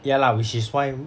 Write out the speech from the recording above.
ya lah which is why